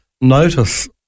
notice